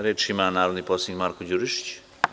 Reč ima narodni poslanik Marko Đurišić.